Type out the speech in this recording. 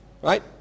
Right